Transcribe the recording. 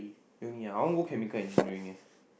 uni ah I want go chemical engineering eh